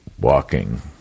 walking